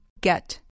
Get